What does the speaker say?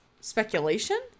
Speculation